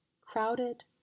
crowded